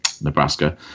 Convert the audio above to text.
Nebraska